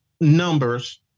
numbers